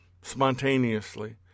spontaneously